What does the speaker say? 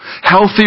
healthy